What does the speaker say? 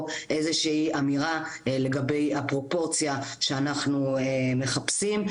איזה שהיא אמירה לגבי הפרופורציה שאנחנו מחפשים.